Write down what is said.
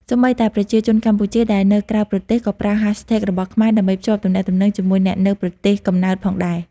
សូម្បីតែប្រជាជនកម្ពុជាដែលនៅក្រៅប្រទេសក៏ប្រើ hashtags របស់ខ្មែរដើម្បីភ្ជាប់ទំនាក់ទំនងជាមួយអ្នកនៅប្រទេសកំណើតផងដែរ។